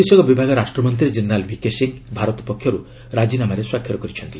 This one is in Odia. ବୈଦେଶିକ ବିଭାଗ ରାଷ୍ଟ୍ରମନ୍ତ୍ରୀ ଜେନେରାଲ ଭିକେ ସିଂ ଭାରତ ପକ୍ଷରୁ ରାଜିନାମାରେ ସ୍ୱାକ୍ଷରିତ କରିଛନ୍ତି